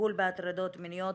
הטיפול בהטרדות מיניות